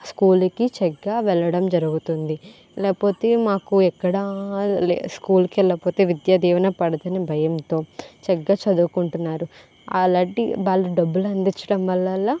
school కి చక్కగా వెళ్ళడం జరుగుతుంది లేకపోతే మాకు ఎక్కడా స్కూల్ కి వెళ్లకపోతే విద్యా దీవెన పడదనే భయంతో చక్కగా చదువుకుంటున్నారు అలాంటి వాళ్లు డబ్బులు అందించడం వల్ల